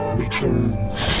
returns